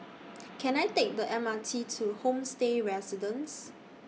Can I Take The M R T to Homestay Residences